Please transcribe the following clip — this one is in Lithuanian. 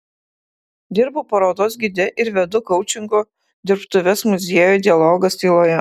dirbu parodos gide ir vedu koučingo dirbtuves muziejuje dialogas tyloje